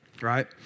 right